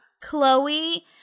Chloe